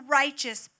righteous